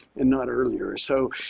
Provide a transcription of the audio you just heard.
and not earlier? so,